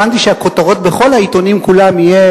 הבנתי שהכותרות בכל העיתונים כולם יהיו